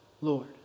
Lord